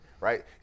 right